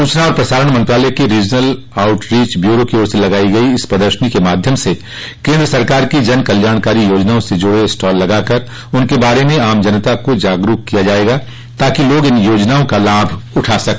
सूचना एवं प्रसारण मंत्रालय के रीजनल आउटरीच ब्यूरो की ओर से लगाई गई पांच दिवसीय इस प्रदर्शनी के माध्यम से केन्द्र सरकार की जन कल्याणकारी याजनाओं से जूड़े स्टाल लगाकर उनके बारे में आम जनता को जागरूक किया जायेगा ताकि लोग इन योजनाओं का लाभ उठा सके